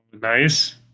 nice